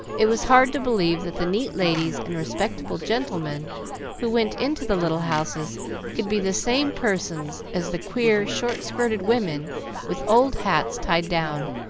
it was hard to believe that the neat ladies and respectable gentlemen who went into the little houses could be the same persons as the queer, short-skirted women with old hats tied down,